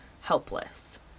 helpless